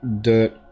Dirt